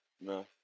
No